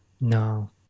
No